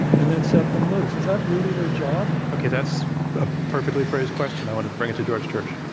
and then set them loose. is that really their job? okay, that's a perfectly phrased question i want to bring to george church.